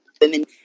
women